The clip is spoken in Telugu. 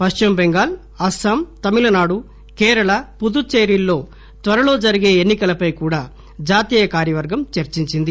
పశ్చిమ టెంగాల్ అస్సాం తమిళనాడు కేరళ పుదుచ్చేరిలలో త్వరలో జరిగే ఎన్ని కలపై కూడా జాతీయ కార్యవర్గం చర్చించింది